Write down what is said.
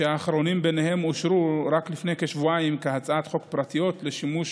האחרונים שבהם אושרו רק לפני כשבועיים כהצעות חוק פרטיות לשימוש